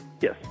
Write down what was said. Yes